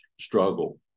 struggle